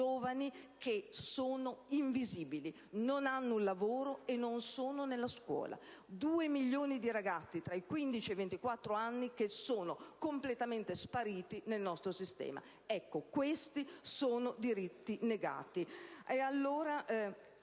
che sono invisibili, in quanto non hanno un lavoro e non sono nella scuola: due milioni di ragazzi tra i 15 e i 24 anni che sono completamente spariti nel sistema sociale. Ecco, questi sono diritti negati.